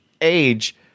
age